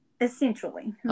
Essentially